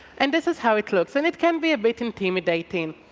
and this is how it looks, and it can be a bit intimidate ing.